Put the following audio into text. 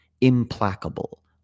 implacable